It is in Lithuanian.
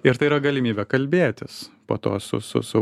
ir tai yra galimybė kalbėtis po to su su